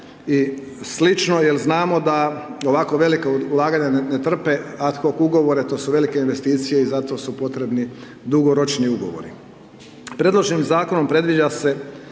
i slično jel znamo da ovako velika ulaganja ne trpe ad hoc Ugovore, to su velike investicije i zato su potrebni dugoročni Ugovori. Predloženim Zakonom predviđa se